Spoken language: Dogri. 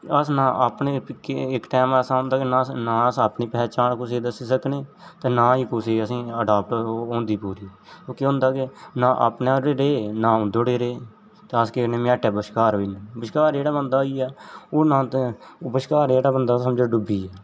अस ना अपने कि इक टैम ऐसा आंदा के ना अस ना अस अपनी पहचान कुसै ई दस्सी सकने ते ना कुसै ई असें ई अडॉप्ट होंदी पूरी ओह् केह् होंदा कि ना अपने आह्ले रेह् ना उं'दे ओड़े रेह् ते अस केह् करने मझाटै बश्कार ओई जन्ने बश्कार जेह्ड़ा बन्दा आइया ओह् ना बश्कारे आह्ला बन्दा समझो डुब्बी आ